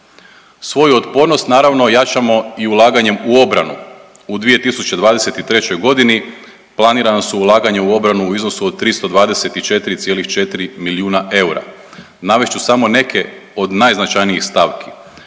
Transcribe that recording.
Svoju otpornost naravno jačamo i ulaganjem u obranu, u 2023.g. planirana su ulaganja u obranu u iznosu od 324,4 milijuna eura. Navest ću samo neke od najznačajnijih stavki,